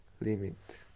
limit